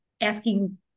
asking